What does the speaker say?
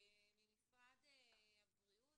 ממשרד הבריאות